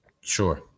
Sure